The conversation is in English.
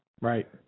Right